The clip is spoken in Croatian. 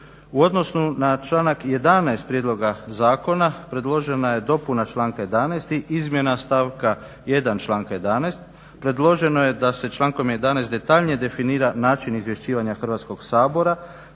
U odnosu na članak 11. prijedloga zakona predložena je dopuna članka 11. i izmjena stavka 1. članka 11. Predloženo je da se člankom 11. detaljnije definira način izvješćivanja Hrvatskog sabora,